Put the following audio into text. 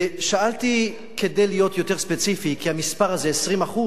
ושאלתי כדי להיות יותר ספציפי, כי המספר הזה, 20%,